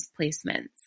placements